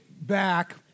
back